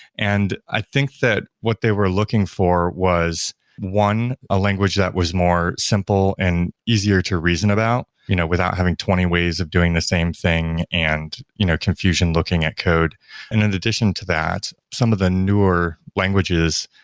and i think that what they were looking for was one, a language that was more simple and easier to reason about you know without having twenty ways of doing the same thing and you know confusion looking at code in and addition to that, some of the newer languages,